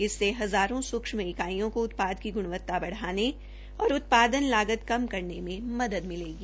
इससे हजारों सूक्षम इकाइयों को व्यापार की गुणवत्ता बढाने और उत्पादन लागत कम करने में मदद मिलेगी